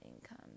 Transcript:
Income